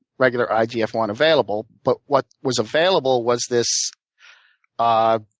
regular i g f one available. but what was available was this ah